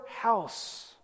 house